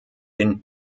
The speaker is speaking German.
den